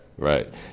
Right